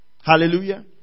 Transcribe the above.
Hallelujah